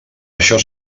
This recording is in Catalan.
això